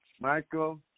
Michael